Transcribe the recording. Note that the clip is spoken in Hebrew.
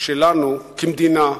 שלנו כמדינה,